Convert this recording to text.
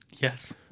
Yes